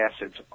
acids